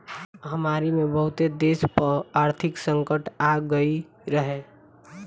महामारी में बहुते देस पअ आर्थिक संकट आगई रहे